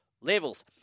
levels